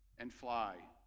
and fly.